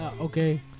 okay